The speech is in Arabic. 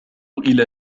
إلى